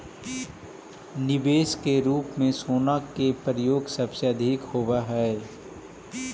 निवेश के रूप में सोना के प्रयोग सबसे अधिक होवऽ हई